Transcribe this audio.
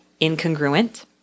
incongruent